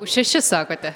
už šešis sakote